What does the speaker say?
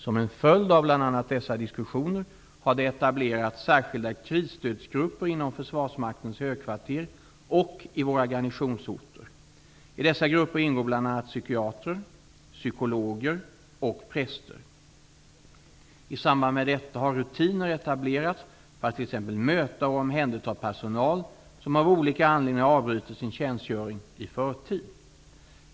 Som en följd av bl.a. dessa diskussioner har det etablerats särskilda krisstödsgrupper inom försvarsmaktens högkvarter och i våra garnisonsorter. I dessa grupper ingår bl.a. psykiatrer, psykologer och präster. I samband med detta har rutiner etablerats för att t.ex. möta och omhänderta personal som av olika anledningar avbryter sin tjänstgöring i förtid.